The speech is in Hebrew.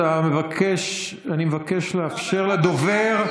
אני מבקש לאפשר לדובר,